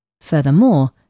Furthermore